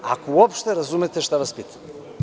Ako uopšte razumete šta vas pitam?